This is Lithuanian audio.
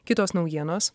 kitos naujienos